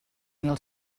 mil